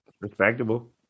respectable